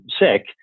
sick